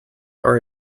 are